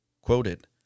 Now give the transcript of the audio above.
quoted